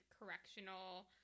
correctional